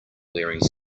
wearing